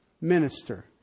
minister